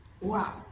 Wow